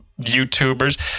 YouTubers